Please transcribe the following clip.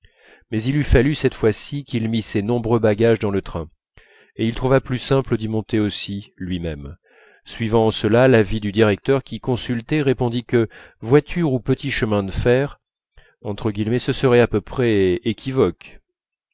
mais il eût fallu cette fois-ci qu'il mît ses nombreux bagages dans le train et il trouva plus simple d'y monter aussi lui-même suivant en cela l'avis du directeur qui consulté répondit que voiture ou petit chemin de fer ce serait à peu près équivoque